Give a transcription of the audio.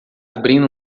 abrindo